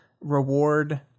reward